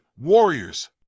warriors